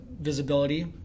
visibility